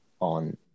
on